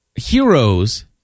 Heroes